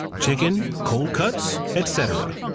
chicken, cold cuts, etc.